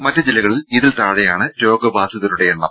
മറ്റ് ജില്ലകളിൽ ഇതിൽ താഴെയാണ് രോഗബാധിതരുടെ എണ്ണം